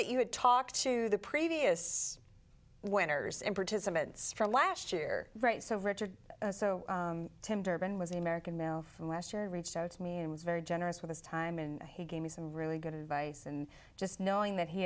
that you had talked to the previous winners and participants from last year right so richard so tim durban was the american male from last year reached out to me and was very generous with his time and he gave me some really good advice and just knowing that he